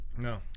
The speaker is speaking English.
No